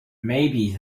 maybe